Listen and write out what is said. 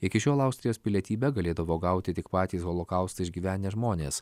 iki šiol austrijos pilietybę galėdavo gauti tik patys holokaustą išgyvenę žmonės